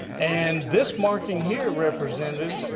and this marking here represented,